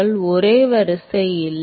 மாணவர் ஒரே வரிசை இல்லை